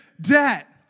debt